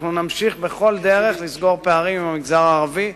אנחנו נמשיך בכל דרך לסגור פערים עם המגזר הערבי,